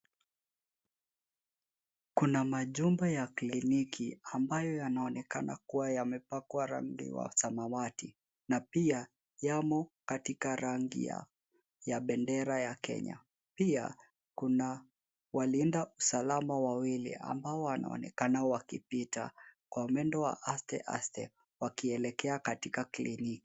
Kuna majumba ya kliniki ambayo yanaonekana kuwa yamepakwa rangi wa samawati na pia yamo katika rangi ya bendera ya Kenya. Pia kuna walinda usalama wawili ambao wanaonekana wakipita kwa mwendo wa aste aste wakielekea katika kliniki.